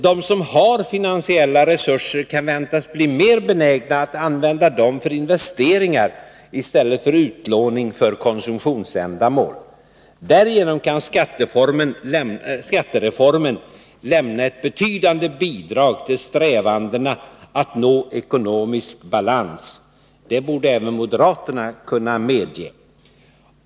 De som har finansiella resurser kan väntas bli mer benägna att använda dem till investeringar i stället för till utlåning för konsumtionsändamål. Därigenom kan skattereformen lämna ett betydande bidrag till strävandena att nå ekonomisk balans. Det borde även moderaterna kunna medge.